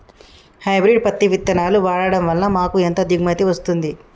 Hybrid పత్తి విత్తనాలు వాడడం వలన మాకు ఎంత దిగుమతి వస్తుంది?